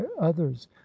others